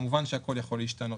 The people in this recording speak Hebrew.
כמובן שהכול יכול להשתנות.